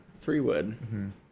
three-wood